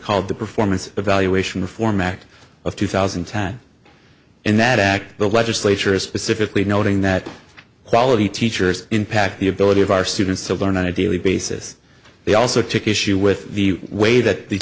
called the performance evaluation reform act of two thousand and ten and that act the legislature is specifically noting that quality teachers impact the ability of our students to learn on a daily basis they also took issue with the way that the